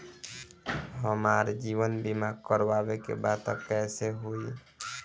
हमार जीवन बीमा करवावे के बा त कैसे होई?